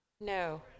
No